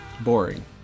Boring